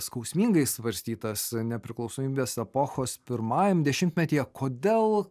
skausmingai svarstytas nepriklausomybės epochos pirmajam dešimtmetyje kodėl